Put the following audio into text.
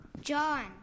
John